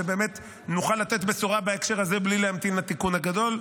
ובאמת נוכל לתת בשורה בהקשר הזה בלי להמתין לתיקון הגדול,